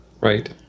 Right